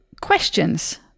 questions